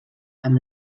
amb